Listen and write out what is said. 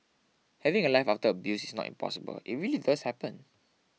having a life after abuse is not impossible it really does happen